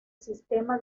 sistema